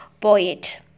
poet